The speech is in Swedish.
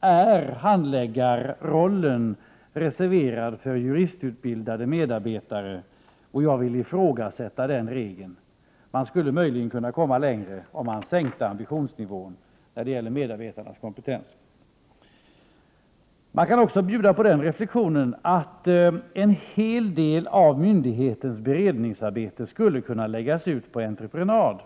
är handläggarrollen reserverad för juristutbildade medarbetare. Jag vill ifrågasätta den praxisen. Man skulle möjligen kunna komma mycket längre om man sänkte ambitionsnivån när det gäller medarbetarnas kompetens. Jag kan också bjuda på den reflexionen att en hel del av myndighetens beredningsarbete skulle kunna läggas ut på entreprenad.